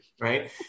right